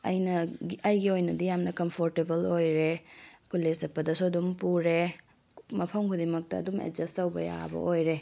ꯑꯩꯅ ꯑꯩꯒꯤ ꯑꯣꯏꯅꯗꯤ ꯌꯥꯝꯅ ꯀꯝꯐꯣꯔꯇꯦꯕꯜ ꯑꯣꯏꯔꯦ ꯀꯣꯂꯦꯖ ꯆꯠꯄꯗꯁꯨ ꯑꯗꯨꯝ ꯄꯨꯔꯦ ꯃꯐꯝ ꯈꯨꯗꯤꯡꯃꯛꯇ ꯑꯗꯨꯝ ꯑꯦꯖꯁ ꯇꯧꯕ ꯌꯥꯕ ꯑꯣꯏꯔꯦ